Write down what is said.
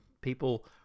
people